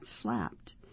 slapped